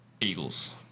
Eagles